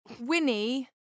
Winnie